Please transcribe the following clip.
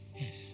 Yes